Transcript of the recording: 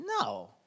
No